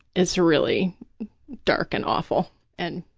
is really dark and awful and,